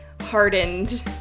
hardened